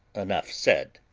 enough said.